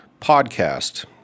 podcast